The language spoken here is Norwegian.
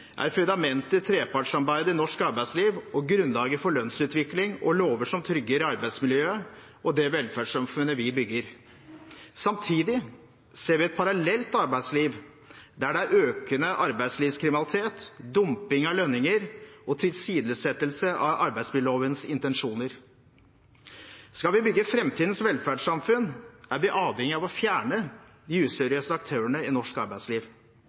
er fundamentet i trepartssamarbeidet i norsk arbeidsliv og grunnlaget for lønnsutvikling og lover som trygger arbeidsmiljøet og det velferdssamfunnet vi bygger. Samtidig ser vi et parallelt arbeidsliv, der det er økende arbeidslivskriminalitet, dumping av lønninger og tilsidesettelse av arbeidsmiljølovens intensjoner. Skal vi bygge framtidens velferdssamfunn, er vi avhengig av å fjerne de useriøse aktørene i norsk arbeidsliv.